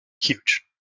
huge